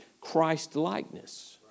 Christ-likeness